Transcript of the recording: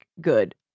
good